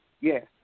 Yes